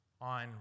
on